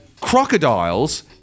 crocodiles